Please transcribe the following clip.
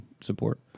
support